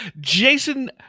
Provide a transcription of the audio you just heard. Jason